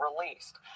released